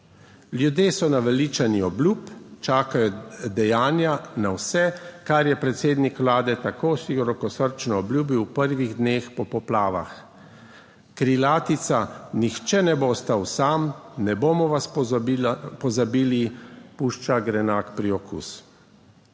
Ljudje so naveličani obljub. Čakajo dejanja na vse, kar je predsednik vlade tako širokosrčno obljubil v prvih dneh po poplavah. Krilatica "Nihče ne bo ostal sam, ne bomo vas pozabili!" pušča grenak priokus.